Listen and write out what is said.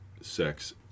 sex